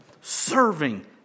Serving